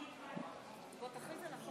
אני עובר להצבעה על הצעת חוק